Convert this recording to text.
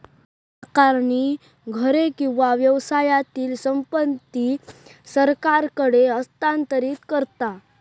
कर आकारणी घरे किंवा व्यवसायातली संपत्ती सरकारकडे हस्तांतरित करता